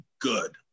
good